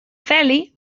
feli